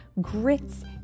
grits